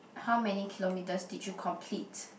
how many kilometers did you complete